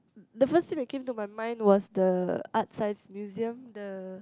the first thing that came to my mind was the Art Science Museum the